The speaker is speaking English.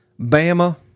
Bama